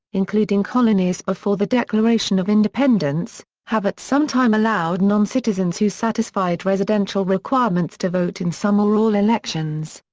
including colonies before the declaration of independence, have at some time allowed noncitizens who satisfied residential requirements to vote in some or all elections.